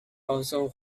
also